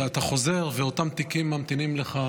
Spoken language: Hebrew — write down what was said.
אתה חוזר ואותם תיקים ממתינים לך,